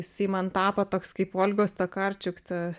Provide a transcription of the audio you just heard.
jisai man tapo toks kaip olgos takarčiuk ta